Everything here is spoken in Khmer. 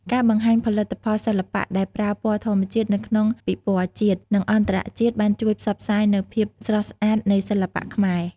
ការបង្ហាញផលិតផលសិល្បៈដែលប្រើពណ៌ធម្មជាតិនៅក្នុងពិព័រណ៍ជាតិ និងអន្តរជាតិបានជួយផ្សព្វផ្សាយនូវភាពស្រស់ស្អាតនៃសិល្បៈខ្មែរ។